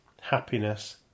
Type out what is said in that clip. happiness